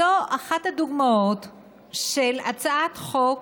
זאת האחת הדוגמאות של הצעת חוק